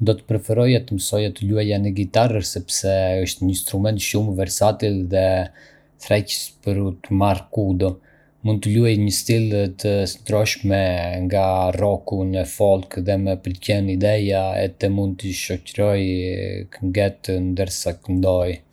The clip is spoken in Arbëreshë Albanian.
Do të preferoja të mësoja të luaja në gitarë sepse është një instrument shumë versatil dhe tërheqës për t'u marrë kudo. Mund të luaj në stile të ndryshme, nga rocku në folk, dhe më pëlqen ideja e të mund të shoqëroj këngët ndërsa këndoj.